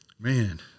man